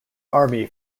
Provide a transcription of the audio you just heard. army